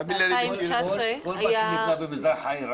בכניסה למזרח העיר,